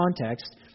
context